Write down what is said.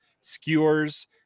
skewers